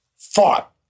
thought